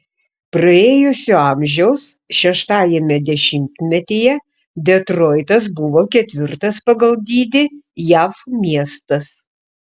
paėjusio amžiaus šeštajame dešimtmetyje detroitas buvo ketvirtas pagal dydį jav miestas